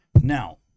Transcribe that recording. Now